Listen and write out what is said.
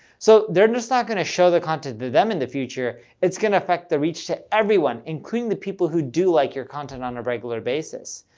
so they're just not going to show the content to them in the future, it's going to affect the reach to everyone including the people who do like your content on a regular basis.